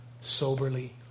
soberly